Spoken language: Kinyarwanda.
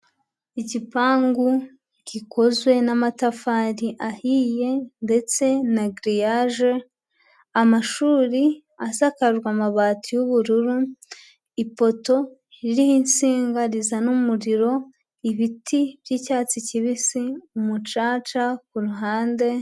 Igipangu gikozwe n'amatafari ahiye, ndetse na giriyaje, amashuri asakajwe amabati y'ubururu, ipoto ry'insinga rizana umuriro, ibiti by'icyatsi kibisi, umucaca ku ruhande.